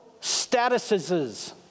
statuses